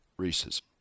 racism